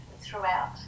throughout